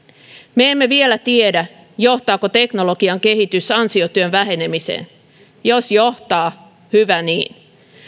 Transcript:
me emme vielä tiedä johtaako teknologian kehitys ansiotyön vähenemiseen jos johtaa hyvä niin